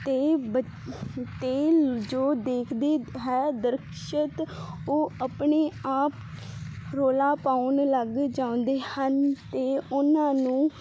ਤੇ ਤੇ ਜੋ ਦੇਖਦੇ ਹੈ ਦਰਕਸ਼ਤ ਉਹ ਆਪਣੇ ਆਪ ਰੋਲਾ ਪਾਉਣ ਲੱਗ ਜਾਉਂਦੇ ਹਨ ਤੇ ਉਹਨਾਂ ਨੂੰ